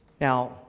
Now